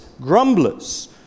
grumblers